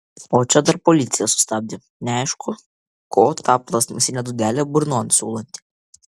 o čia dar policija sustabdė neaišku ko tą plastmasinę dūdelę burnon siūlanti